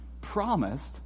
promised